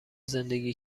زندگی